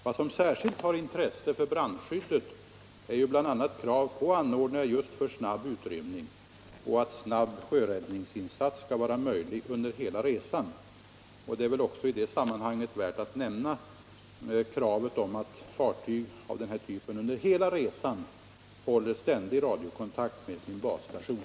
Vad som särskilt har intresse för brandskyddet är bl.a. krav på anordningar just för snabb utrymning och att snabb sjöräddningsinsats skall vara möjlig under hela resan. Det är väl i det sammanhanget också värt att nämna kravet på att fartyg av denna typ under hela resan håller ständig radiokontakt med sin basstation.